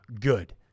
Good